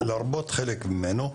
לרבות חלק ממנו,